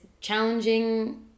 challenging